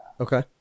Okay